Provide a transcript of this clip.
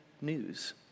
news